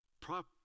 Prop